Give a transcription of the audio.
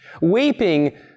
weeping